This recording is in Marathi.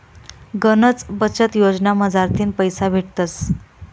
गनच बचत योजना मझारथीन पैसा भेटतस